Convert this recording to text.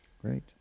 Great